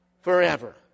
Forever